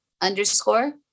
underscore